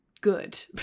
good